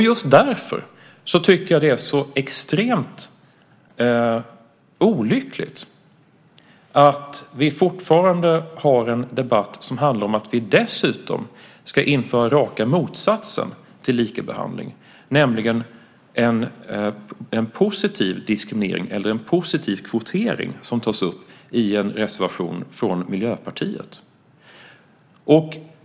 Just därför tycker jag att det är så extremt olyckligt att vi fortfarande har en debatt som handlar om att vi dessutom ska införa raka motsatsen till lika behandling, nämligen en positiv diskriminering, eller en positiv kvotering, som tas upp i en reservation från Miljöpartiet.